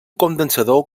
condensador